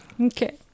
Okay